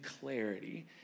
clarity